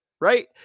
Right